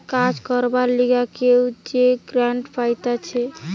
কাজ করবার লিগে কেউ যে গ্রান্ট পাইতেছে